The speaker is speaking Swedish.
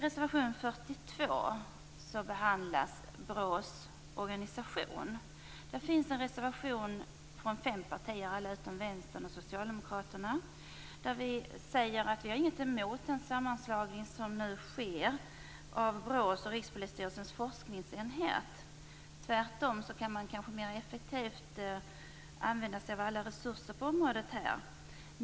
Fem partier står bakom reservationen, utom Vänstern och Socialdemokraterna. Vi säger att vi inte har något emot den sammanslagning som nu sker av BRÅ och Rikspolisstyrelsens forskningsenhet. Tvärtom. Man kan mer effektivt använda sig av alla resurser på området.